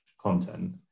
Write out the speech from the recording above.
content